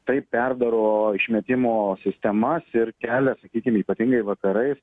tai perdaro išmetimo sistemas ir kelia sakykime ypatingai vakarais